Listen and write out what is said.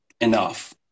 enough